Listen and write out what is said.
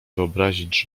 wyobrazić